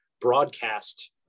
broadcast